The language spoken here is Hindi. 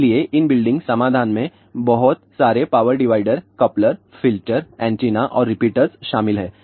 इसलिए इन बिल्डिंग समाधान में बहुत सारे power divider coupler filter antenna और रिपीटर शामिल हैं